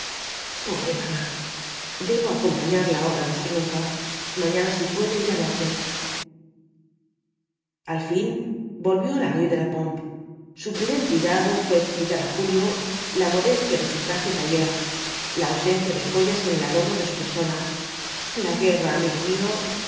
pobre mamá debo acompañarla ahora más que nunca mañana si puedo iré á verte al fin volvió á la me de la pompe su primer cuidado fué explicar á julio la modestia de su traje tailleur la ausencia de joyas en el adorno de su persona la guerra amigo mío